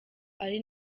ari